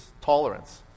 tolerance